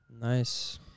Nice